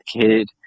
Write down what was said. kid